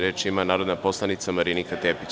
Reč ima narodna poslanica Marinika Tepić.